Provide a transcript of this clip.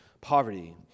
poverty